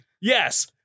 Yes